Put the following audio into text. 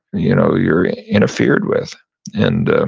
you know you're interfered with and,